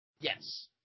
Yes